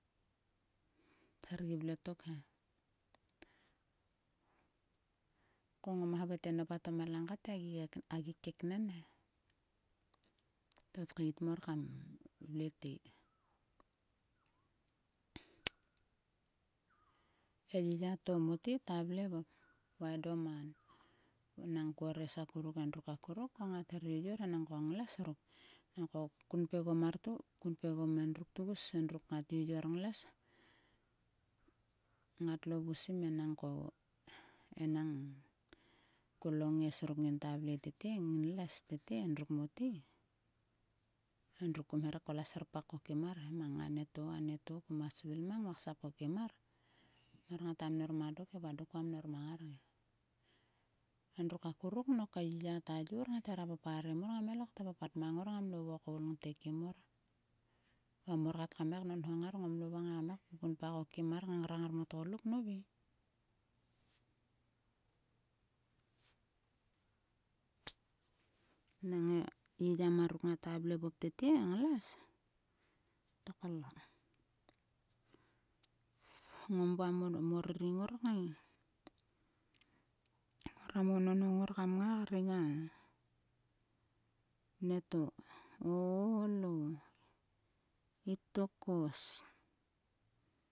Va ko les kat ko gil llreip kom ktua svil te. Dok kam simtua tot mang ngar ko. Mar kam kpom o reha palpgem dok he. koknaik dok kam ngamhu ngang kmeharon anieto. mar kam gla kaeharom anieto. man kam gla kaeharom he. Ko kvek to a mulpou tete ta vle oguo mrek. Tla vle mote e. Ta vle kar kpui kuon. Oguon mrek. kanmok enkmek nuk he. Ta mon dok he khavaing dok te ner kaiknik. Ko lei. ko tngkol tete te ka vle ogu ma rengmat to klalout ogu ma hagenmol. Ta ngorom a papat to mang a mie. tete te ka vle ogu he. A mie mang o mia ruk tgus mote ngaro. ngorsang. Ko tet tkaegom egom ngai kyor parem a papat to nang ko tkongol vat tle ka hop orom a papat to kam le ksap oro. Nang dok tete koa vle kar ko kak man meil. Dok kar klues ngota vle kar ko kak va ko yel. Ngoma punpa ka grung te kim ko nankar ko tet mote.